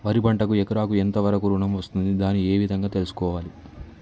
వరి పంటకు ఎకరాకు ఎంత వరకు ఋణం వస్తుంది దాన్ని ఏ విధంగా తెలుసుకోవాలి?